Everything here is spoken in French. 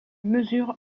mesure